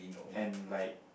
and like